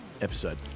episode